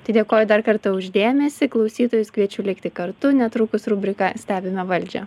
tai dėkoju dar kartą už dėmesį klausytojus kviečiu likti kartu netrukus rubrika stebime valdžią